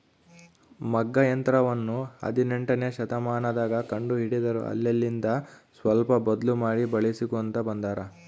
ಮಗ್ಗ ಯಂತ್ರವನ್ನ ಹದಿನೆಂಟನೆಯ ಶತಮಾನದಗ ಕಂಡು ಹಿಡಿದರು ಅಲ್ಲೆಲಿಂದ ಸ್ವಲ್ಪ ಬದ್ಲು ಮಾಡಿ ಬಳಿಸ್ಕೊಂತ ಬಂದಾರ